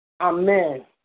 Amen